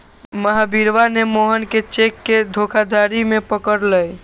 महावीरवा ने मोहन के चेक के धोखाधड़ी में पकड़ लय